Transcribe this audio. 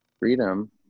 freedom